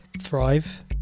thrive